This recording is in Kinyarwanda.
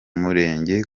murenge